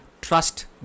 trust